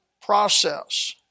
process